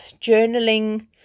journaling